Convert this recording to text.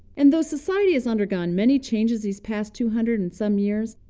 and though society has undergone many changes these past two hundred and some years,